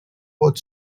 pot